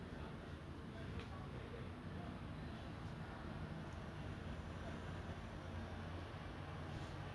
ya it is but I'm I'm lucky to have that kind of neighbours lah they are very friendly and open and they are they their the boys are very cute